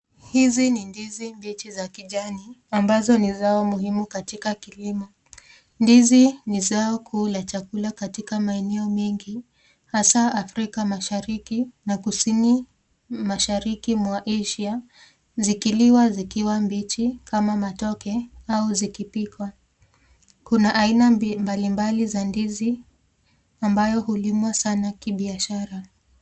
Hizi ni ndizi mbichi za kijani ambazo ni za muhimu katika kilimo. Ndizi ni zao kuu ya chakula katika maeneo mengi hasaa Afrika Mashariki na Kusini Mashariki mwaisha zikiliwa zikiliwa mbichi kama matoke au zikipigwa. Kuna aina mbalimbali za ndizi ambayo hulimwa sana kibiashara.